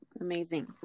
amazing